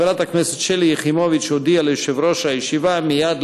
חברת הכנסת שלי יחימוביץ הודיעה ליושב-ראש הישיבה מייד